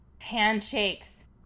Handshakes